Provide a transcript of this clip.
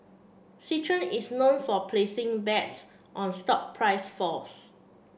Citron is known for placing bets on stock price falls